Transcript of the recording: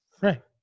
Right